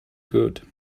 good